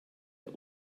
der